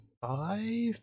five